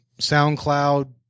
SoundCloud